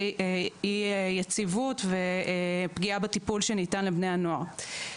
לאי יציבות ופגיעה בטיפול שניתן לבני הנוער.